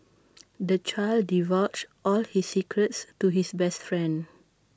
the child divulged all his secrets to his best friend